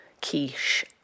quiche